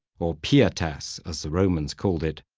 or pietas as the romans called it,